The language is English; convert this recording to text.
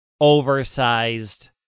oversized